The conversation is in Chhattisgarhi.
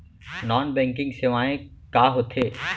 नॉन बैंकिंग सेवाएं का होथे